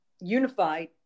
unified